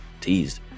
teased